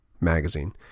magazine